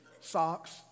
socks